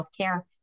healthcare